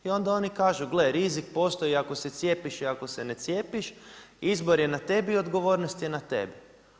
I onda oni kažu – gle, rizik postoji, ako se cijepiš i ako se ne cijepiš, izbor je na tebi i odgovornost je na tebi!